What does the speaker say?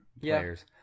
players